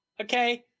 Okay